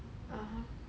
ah